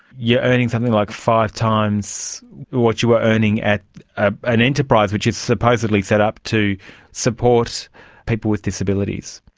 you're earning something like five times what you were earning at an enterprise which is supposedly set up to support people with disabilities.